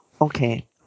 Okay